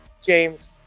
James